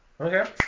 Okay